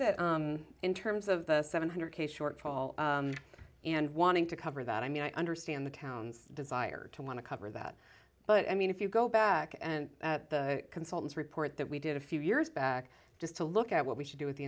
that in terms of the seven hundred dollars k shortfall and wanting to cover that i mean i understand the town's desire to want to cover that but i mean if you go back and consultants report that we did a few years back just to look at what we should do with the